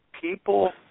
people